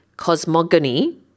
cosmogony